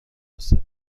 توسعه